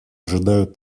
ожидают